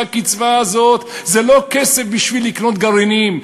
הקצבה הזאת זה לא כסף בשביל לקנות גרעינים,